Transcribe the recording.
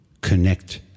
Connect